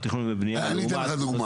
תכנון ובנייה --- אני אתן לך דוגמא.